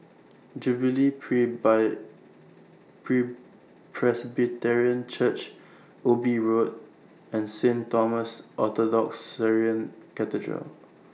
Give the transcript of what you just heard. Jubilee Presbyterian Church Ubi Road and Saint Thomas Orthodox Syrian Cathedral